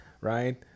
right